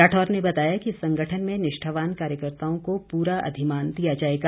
राठौर ने बताया कि संगठन में निष्ठावान कार्यकर्ताओं को पूरा अधिमान दिया जाएगा